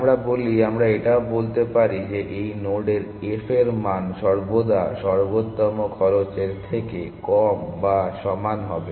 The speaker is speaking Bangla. আমরা বলি আমরা এটাও বলতে পারি যে এই নোডের f মান সর্বদা সর্বোত্তম খরচের থেকে কম বা সমান হবে